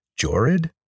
Jorid